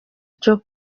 cyo